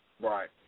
Right